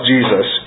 Jesus